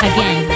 Again